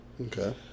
okay